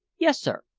yes, sir.